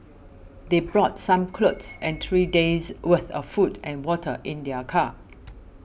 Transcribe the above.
they brought some clothes and three days' worth of food and water in their car